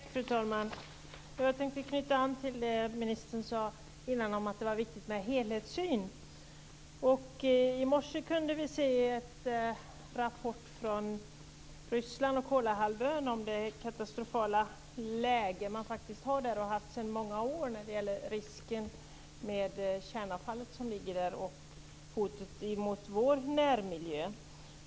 Fru talman! Jag tänkte knyta an till det ministern sade tidigare om att det var viktigt med helhetssyn. I morse kunde vi ta del av en rapport från Ryssland och Kolahalvön om det katastrofala läge man faktiskt har där och har haft sedan många år när det gäller risken med kärnavfallet där och hotet mot vår närmiljö.